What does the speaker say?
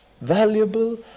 valuable